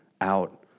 out